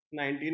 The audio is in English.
19